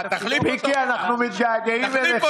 פרקליט המדינה,